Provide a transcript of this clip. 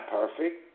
perfect